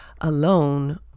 alone